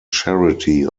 charity